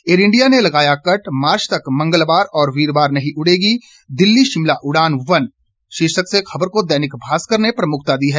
air India ने लगाया cut मार्च तक मंगलवार और वीरवार नहीं उेंगी दिल्ली शिमला उड़ान वन शीर्षक से खबर को दैनिक भास्कर ने प्रमुखता दी है